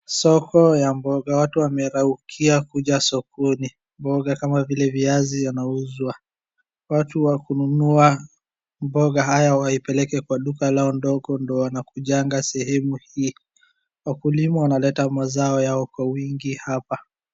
Soko ya mboga, watu wamelaukia kuja sokoni. Mboga kama vile viazi yanauzwa. Watu waa kununua mboga hii waipeleke kwa duka lao ndogo ndo wanaakujanga sehemu hii. Wakulima wanaleta mazao yao kwa wingi hapa.